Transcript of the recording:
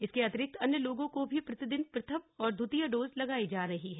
इसके अतिरिक्त अन्य लोगों को भी प्रतिदिन प्रथम और द्वितीय डोज लगाई जा रही है